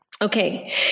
Okay